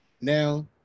Now